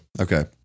Okay